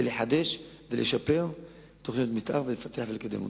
לחדש ולשפר תוכניות מיתאר ולפתח ולקדם אותן.